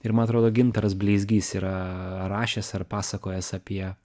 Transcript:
ir man atrodo gintaras bleizgys yra rašęs ar pasakojęs apie